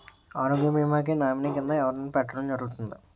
ఆరోగ్య భీమా కి నామినీ కిందా ఎవరిని పెట్టడం జరుగతుంది?